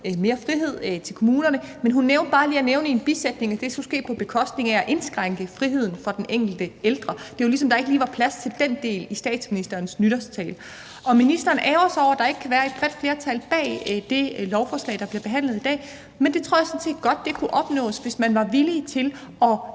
mere frihed til kommunerne. Men hun glemte bare lige at nævne i en bisætning, at det skulle ske på bekostning af at indskrænke friheden for den enkelte ældre – det var, som om der ikke lige var plads til den del i statsministerens nytårstale – og ministeren ærgrer sig over, at der ikke kunne være et bredt flertal bag det lovforslag, der bliver behandlet i dag. Men det tror jeg sådan set godt kunne opnås, hvis man var villig til at